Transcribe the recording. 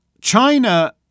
China